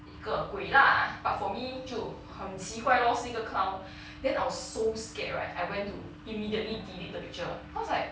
一个鬼 lah but for me 就很奇怪 lor 是一个 clown then I was so scared right I went to immediately delete the picture cause like